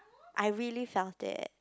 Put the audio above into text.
I really felt it